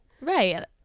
Right